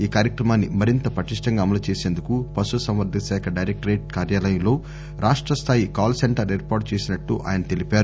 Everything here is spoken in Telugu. ఈ కార్యక్రమాన్ని మరింత పటిష్ణంగా అమలు చేసేందుకు పశు సంవర్గకశాఖ డైరెక్లరేట్ కార్యాలయంలో రాష్టస్థాయి కాల్ సెంటర్ ఏర్పాటు చేసినట్లు ఆయన తెలిపారు